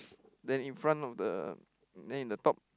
then in front of the then in the top